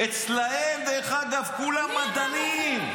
--- אצלם, דרך אגב, כולם מדענים.